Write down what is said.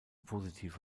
positiv